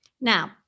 Now